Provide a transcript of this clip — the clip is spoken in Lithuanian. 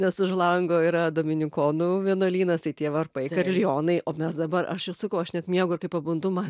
nes už lango yra dominikonų vienuolynas tai tie varpai kariljonai mes dabar aš ir sakau aš net miegu ir kai pabundu man